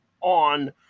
on